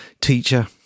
teacher